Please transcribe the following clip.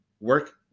Work